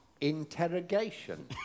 Interrogation